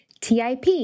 TIP